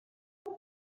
what